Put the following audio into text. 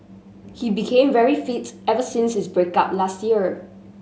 he became very fit ever since his break up last year